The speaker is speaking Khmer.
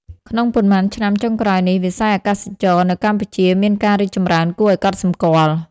ក្នុងប៉ុន្មានឆ្នាំចុងក្រោយនេះ វិស័យអាកាសចរណ៍នៅកម្ពុជាមានការរីកចម្រើនគួរឲ្យកត់សម្គាល់។